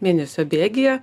mėnesio bėgyje